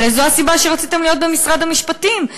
הרי זו הסיבה שרציתם להיות במשרד המשפטים.